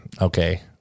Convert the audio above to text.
Okay